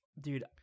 Dude